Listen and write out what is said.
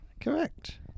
Correct